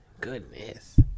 Goodness